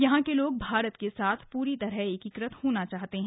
यहां के लोग भारत के साथ पूरी तरह एकीकृत होना चाहते हैं